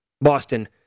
Boston